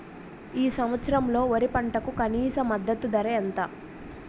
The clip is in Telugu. ఈ సంవత్సరంలో వరి పంటకు కనీస మద్దతు ధర ఎంత?